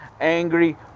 angry